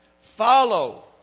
follow